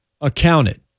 accounted